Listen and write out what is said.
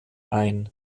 ein